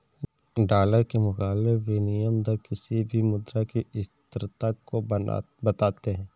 dollar के मुकाबले विनियम दर किसी भी मुद्रा की स्थिरता को बताते हैं